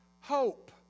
hope